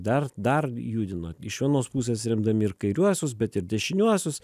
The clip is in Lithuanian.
dar dar judino iš vienos pusės remdami ir kairiuosius bet ir dešiniuosius